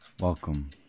Welcome